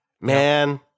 man